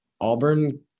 Auburn